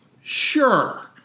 Sure